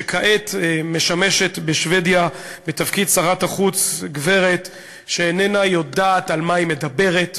שכעת משמשת בשבדיה בתפקיד שרת החוץ גברת שאיננה יודעת על מה היא מדברת,